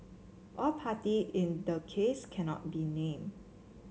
all party in the case cannot be named